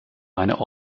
einer